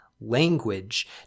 language